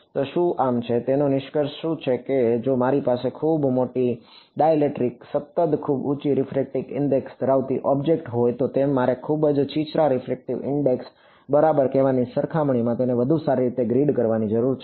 તો શુંઆમ છે આનો નિષ્કર્ષ શું છે તે એ છે કે જો મારી પાસે ખૂબ મોટી ડાઇલેક્ટ્રિક સતત ખૂબ ઉચી રીફ્રેક્ટિવ ઇન્ડેક્સ ધરાવતી ઑબ્જેક્ટ હોય તો મારે તેને ખૂબ છીછરા રીફ્રેક્ટિવ ઇન્ડેક્સ બરાબર કહેવાની સરખામણીમાં તેને વધુ સારી રીતે ગ્રીડ કરવાની જરૂર છે